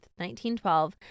1912